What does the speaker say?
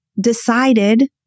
decided